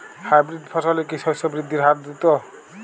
Hybrid ফসলের কি শস্য বৃদ্ধির হার দ্রুত?